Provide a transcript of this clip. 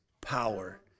power